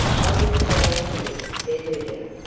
i will stay with you, said lydia,